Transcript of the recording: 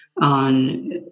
on